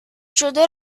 شده